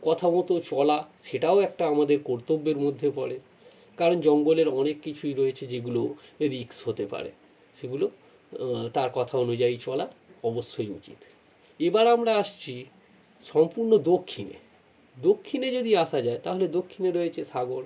কথা মতো চলা সেটাও একটা আমাদের কর্তব্যের মধ্যে পড়ে কারণ জঙ্গলের অনেক কিছুই রয়েছে যেগুলো রিস্ক হতে পারে সেগুলো তার কথা অনুযায়ী চলা অবশ্যই উচিত এবার আমরা আসছি সম্পূর্ণ দক্ষিণে দক্ষিণে যদি আসা যায় তাহলে দক্ষিণে রয়েছে সাগর